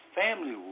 family